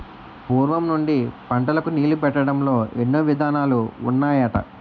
పూర్వం నుండి పంటలకు నీళ్ళు పెట్టడంలో ఎన్నో విధానాలు ఉన్నాయట